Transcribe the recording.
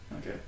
Okay